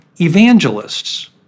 evangelists